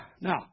now